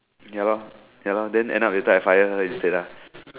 ya lor ya lor then end up later I fire her instead ah